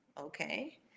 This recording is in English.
okay